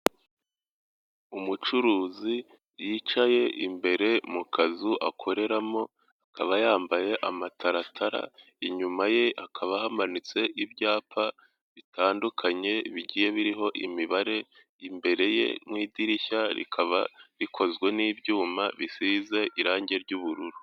Umucuruzi yicaye imbere mu kazu akoreramo, akaba yambaye amataratara, inyuma ye hakaba hamanitse ibyapa bitandukanye bigiye biriho imibare, imbere ye mu idirishya rikaba rikozwe n'ibyuma bisize irangi ry'ubururu.